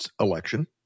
election